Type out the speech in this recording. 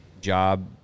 job